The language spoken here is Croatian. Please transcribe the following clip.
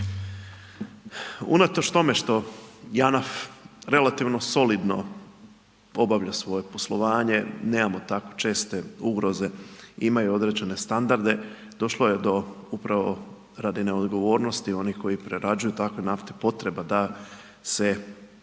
tome što JANAF relativno solidno obavlja svoje poslovanje, nemamo tako česte ugroze, imaju određene standarde, došlo je do upravo radi neodgovornosti onih koji prerađuju takve nafte potreba da se